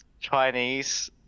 Chinese